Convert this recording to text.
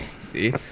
See